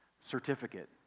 certificate